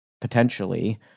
potentially